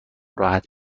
راحت